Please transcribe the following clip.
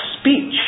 speech